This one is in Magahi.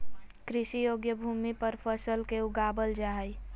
कृषि योग्य भूमि पर फसल के उगाबल जा हइ